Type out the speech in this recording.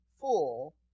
full